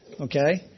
okay